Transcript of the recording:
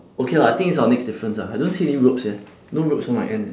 okay lah I think it's our next difference ah I don't see any ropes eh no ropes on my end eh